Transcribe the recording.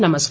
नमस्कार